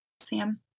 Sam